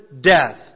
death